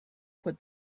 put